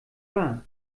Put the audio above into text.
war